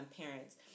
parents